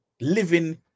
living